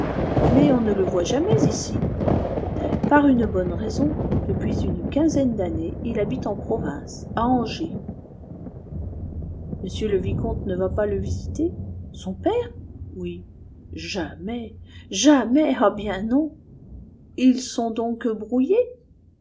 mais on ne le voit jamais ici par une bonne raison depuis une quinzaine d'années il habite en province à angers mais m le vicomte ne va pas le visiter son père oui jamais jamais ah bien non ils sont donc brouillés